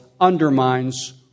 undermines